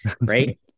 right